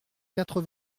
quatre